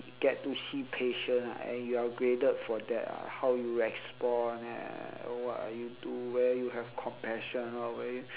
get to see patient ah and you are graded for that ah how you respond and what are you do where you have compassion or where